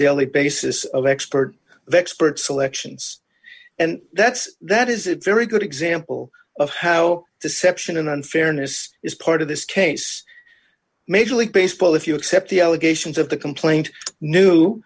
daily basis of expert the expert selections and that's that is a very good example of how deception and unfairness is part of this case major league baseball if you accept the allegations of the complaint knew